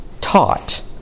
taught